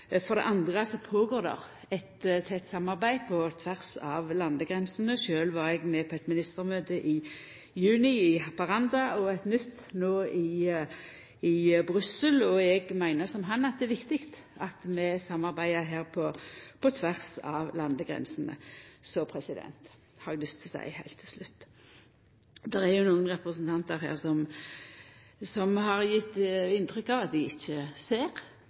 For det andre går det føre seg eit tett samarbeid på tvers av landegrensene. Sjølv var eg med på eit ministermøte i juni i Haparanda og eit nytt møte no i Brussel. Eg meiner, som han, at det er viktig at vi her samarbeider på tvers av landegrensene. Så har eg heilt til slutt lyst til å seia: Det er jo nokre representantar her som har gjeve inntrykk av at dei ikkje ser,